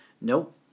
Nope